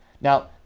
Now